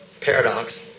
paradox